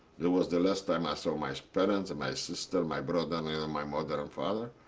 that was the last time i saw my so parents, and my sister, my brother, and yeah my mother and father.